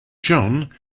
john